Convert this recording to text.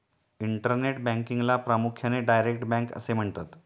internet बँकिंगला प्रामुख्याने direct bank असे म्हणतात